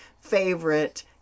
favorite